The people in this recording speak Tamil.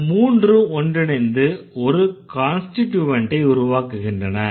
இந்த மூன்றும் ஒன்றிணைந்து ஒரு கான்ஸ்டிட்யூவன்ட்டை உருவாக்குகின்றன